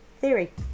theory